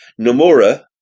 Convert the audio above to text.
Nomura